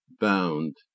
bound